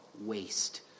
waste